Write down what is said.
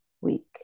week